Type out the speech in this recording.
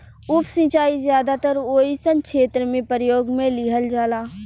उप सिंचाई ज्यादातर ओइ सन क्षेत्र में प्रयोग में लिहल जाला